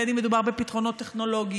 בין אם מדובר בפתרונות טכנולוגיים,